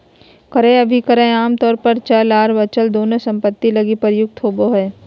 क्रय अभिक्रय आमतौर पर चल आर अचल दोनों सम्पत्ति लगी प्रयुक्त होबो हय